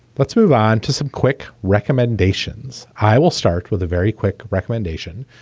let's move on to some quick recommendations. i will start with a very quick recommendation.